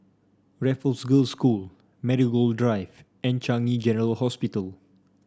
Raffles Girls' School Marigold Drive and Changi General Hospital